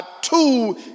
two